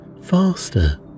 faster